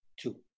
Two